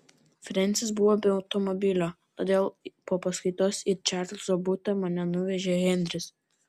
frensis buvo be automobilio todėl po paskaitos į čarlzo butą mane nuvežė henris